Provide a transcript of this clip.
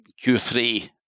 Q3